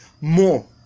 more